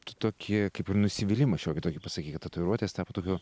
kitokį kaip ir nusivylimą šiokį tokį pasakei kad tatuiruotės tapo tokiu